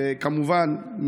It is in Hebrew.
וכמובן,